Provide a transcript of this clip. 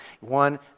One